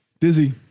Dizzy